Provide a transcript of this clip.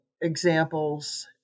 examples